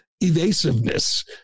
evasiveness